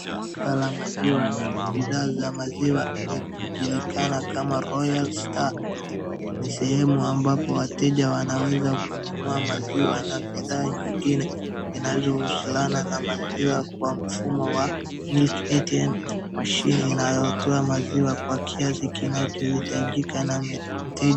Duka la maziwa na bidhaa za maziwa linalojulikana kama royal star ni sehemu ambapo wateja wanaweza kunua maziwa na bidhaa nyingine zinazohusiana na maziwa kwa mfumo wa milk ATM machine inayotoa maziwa kwa kiasi kinachohitajika na mteja.